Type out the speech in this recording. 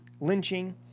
lynching